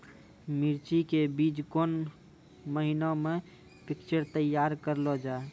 मिर्ची के बीज कौन महीना मे पिक्चर तैयार करऽ लो जा?